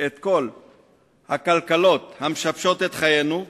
את כל הקלקלות המשבשות את חיינו,